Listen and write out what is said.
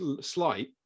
slight